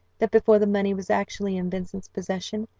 that before the money was actually in vincent's possession,